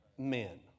Men